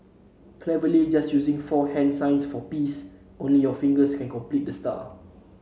cleverly just using four hands signs for peace only your fingers can complete the star